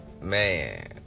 man